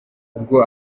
ubwo